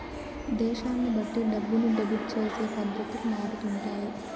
దేశాన్ని బట్టి డబ్బుని డెబిట్ చేసే పద్ధతులు మారుతుంటాయి